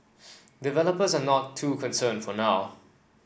developers are not too concerned for now